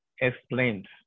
explained